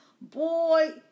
Boy